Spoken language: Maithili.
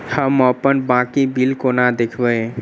हम अप्पन बाकी बिल कोना देखबै?